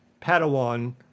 Padawan